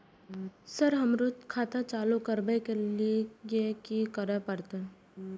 Sir हमरो खाता चालू करबाबे के ली ये की करें परते?